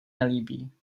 nelíbí